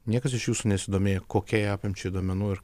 niekas iš jūsų nesidomėjo kokiai apimčiai duomenų ir